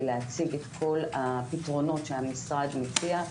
להציג את כל הפתרונות שהמשרד מציע,